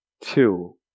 two